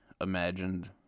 imagined